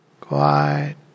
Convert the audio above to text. quiet